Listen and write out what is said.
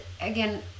again